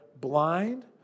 blind